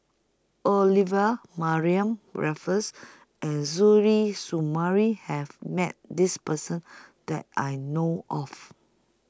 Olivia Mariamne Raffles and Suzairhe Sumari has Met This Person that I know of